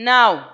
Now